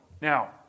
Now